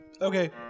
Okay